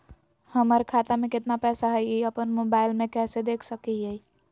हमर खाता में केतना पैसा हई, ई अपन मोबाईल में कैसे देख सके हियई?